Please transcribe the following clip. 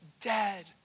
dead